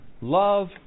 love